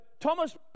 Thomas